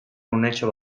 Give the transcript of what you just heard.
unetxo